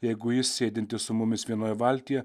jeigu jis sėdintis su mumis vienoje valtyje